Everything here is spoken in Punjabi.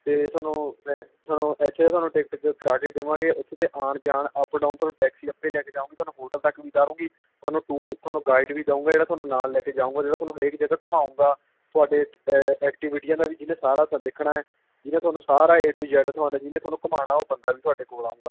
ਅਤੇ ਤੁਹਾਨੂੰ ਅ ਤੁਹਾਨੂੰ ਇੱਥੇ ਤੁਹਾਨੂੰ ਟਿਕਟ ਕਰਵਾ ਕੇ ਦੇਵਾਂਗੇ ਉੱਥੋਂ ਤੋਂ ਆਉਣ ਜਾਣ ਅਪ ਡਾਊਨ ਤੁਹਾਨੂੰ ਟੈਕਸੀ ਆਪੇ ਲੈ ਕੇ ਜਾਊਗੀ ਤੁਹਾਨੂੰ ਹੋਟਲ ਤੱਕ ਵੀ ਉਤਾਰੇਗੀ ਤੁਹਾਨੂੰ ਟੂਰ ਤੁਹਾਨੂੰ ਗਾਈਡ ਵੀ ਦਊਂਗੇ ਜਿਹੜਾ ਤੁਹਾਨੂੰ ਨਾਲ ਲੈ ਕੇ ਜਾਊਂਗਾ ਜਿਹੜਾ ਤੁਹਾਨੂੰ ਹਰੇਕ ਜਗ੍ਹਾ ਘੁਮਾਉਗਾ ਤੁਹਾਡੇ ਐਕਟੀਵਿਟੀਆਂ ਦਾ ਵੀ ਜਿਹਨੇ ਸਾਰਾ ਵੇਖਣਾ ਹੈ ਜਿਹਨੇ ਤੁਹਾਨੂੰ ਸਾਰਾ ਏ ਟੂ ਜ਼ੈਡ ਤੁਹਾਨੂੰ ਜਿਹਨੇ ਤੁਹਾਨੂੰ ਘੁਮਾਉਣਾ ਉਹ ਬੰਦਾ ਵੀ ਤੁਹਾਡੇ ਕੋਲ ਆਊਗਾ